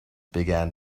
began